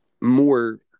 more